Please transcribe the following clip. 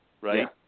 right